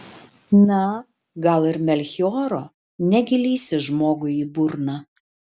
na gal ir melchioro negi lįsi žmogui į burną